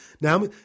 Now